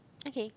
okay